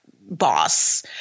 boss